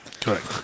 Correct